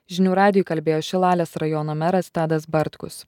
žinių radijui kalbėjo šilalės rajono meras tadas bartkus